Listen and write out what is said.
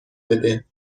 بده